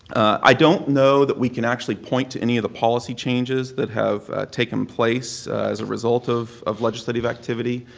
i don't know that we can actually point to any of the policy changes that have taken place as a result of of legislative activity.